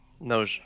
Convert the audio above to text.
No